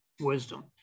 wisdom